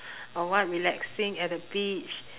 or what relaxing at the beach